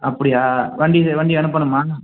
அப்படியா வண்டி வண்டி அனுப்பணுமா